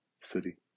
city